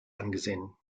angesehen